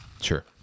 Sure